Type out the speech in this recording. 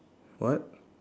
what